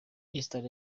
eastern